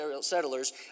settlers